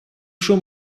schon